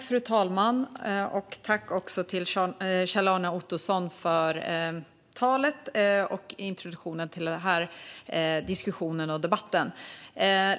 Fru talman! Jag tackar Kjell-Arne Ottosson för hans tal och introduktionen till diskussionen och debatten.